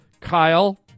Kyle